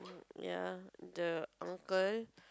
ya the uncle